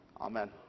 amen